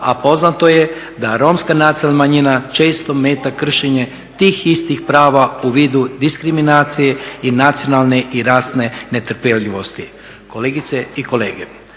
a poznato je da Romska nacionalna manjina često meta kršenja tih istih prava u vidu diskriminacije i nacionalne i rasne netrpljevisto. Kolegice i kolege,